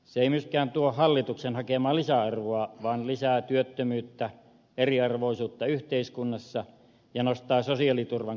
se ei myöskään tuo hallituksen hakemaa lisäarvoa vaan lisää työttömyyttä ja eriarvoisuutta yhteiskunnassa ja nostaa sosiaaliturvan kustannuksia